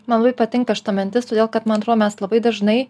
man labai patinka šita mintis todėl kad man atrodo mes labai dažnai